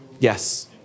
Yes